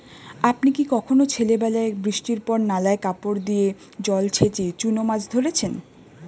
আপনি কি কখনও ছেলেবেলায় বৃষ্টির পর নালায় কাপড় দিয়ে জল ছেঁচে চুনো মাছ ধরেছেন?